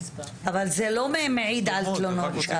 אבל זה לא מעיד על תלונות שווא.